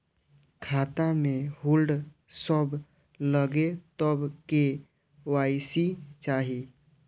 खाता में होल्ड सब लगे तब के.वाई.सी चाहि?